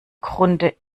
grunde